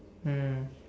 mm